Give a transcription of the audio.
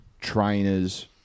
trainers